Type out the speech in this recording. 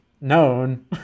known